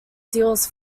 deals